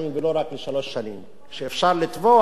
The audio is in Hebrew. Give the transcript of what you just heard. שאפשר לתבוע אם היתה אפליה במקום העבודה.